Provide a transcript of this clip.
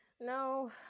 No